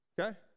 okay